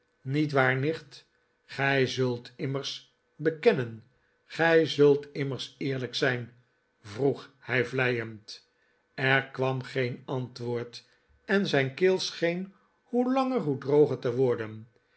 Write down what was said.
niet waar nicht gij zult immers bekennen qij zult immers eerlijk zijn vroeg hij vleiend er kwam geen antwoord en zijn keel scheen hoe langer hoe droger te worden